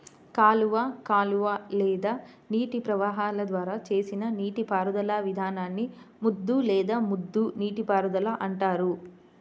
కాలువ కాలువ లేదా నీటి ప్రవాహాల ద్వారా చేసిన నీటిపారుదల విధానాన్ని ముద్దు లేదా ముద్ద నీటిపారుదల అంటారు